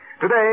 Today